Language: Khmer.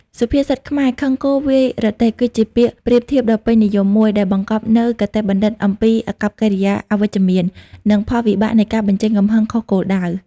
សុភាសិតខ្មែរ «ខឹងគោ វាយរទេះ» គឺជាពាក្យប្រៀបធៀបដ៏ពេញនិយមមួយ ដែលបង្កប់នូវគតិបណ្ឌិតអំពី អាកប្បកិរិយាអវិជ្ជមាន និង ផលវិបាកនៃការបញ្ចេញកំហឹងខុសគោលដៅ។